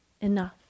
enough